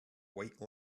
white